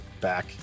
back